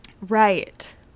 Right